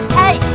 hey